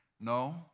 No